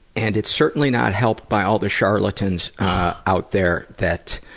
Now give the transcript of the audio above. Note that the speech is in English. and it's certainly not helped by all the charlatans out there that